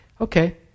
Okay